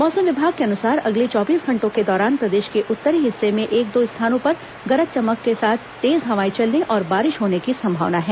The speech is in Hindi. मौसम विभाग के अनुसार अगले चौबीस घंटों के दौरान प्रदेश के उत्तरी हिस्से में एक दो स्थानों पर गरज चमके साथ तेज हवाएं चलने और बारिश होने की संभावना है